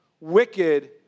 wicked